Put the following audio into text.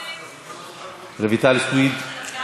מוותר.